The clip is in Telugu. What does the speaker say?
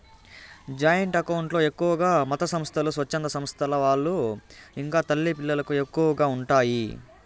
జాయింట్ అకౌంట్ లో ఎక్కువగా మతసంస్థలు, స్వచ్ఛంద సంస్థల వాళ్ళు ఇంకా తల్లి పిల్లలకు ఎక్కువగా ఉంటాయి